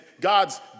God's